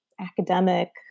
academic